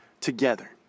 together